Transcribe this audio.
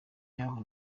yaho